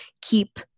keep